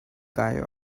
guy